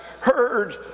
heard